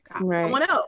Right